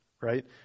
right